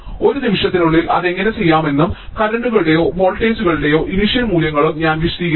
ഒരു നിമിഷത്തിനുള്ളിൽ അത് എങ്ങനെ ചെയ്യാമെന്നും കറന്റ്കളുടെയോ വോൾട്ടേജുകളുടെയോ ഇനിഷ്യൽ മൂല്യങ്ങളും ഞാൻ വിശദീകരിക്കും